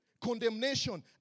Condemnation